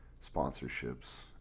sponsorships